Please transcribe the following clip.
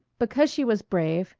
because she was brave,